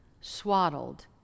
swaddled